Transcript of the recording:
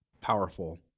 powerful